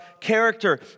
character